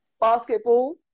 Basketball